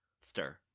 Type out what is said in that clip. Stir